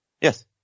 Yes